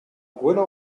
gwellañ